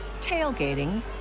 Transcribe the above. tailgating